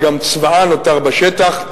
וגם צבאה נותר בשטח.